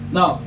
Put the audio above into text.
Now